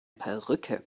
perücke